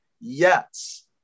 Yes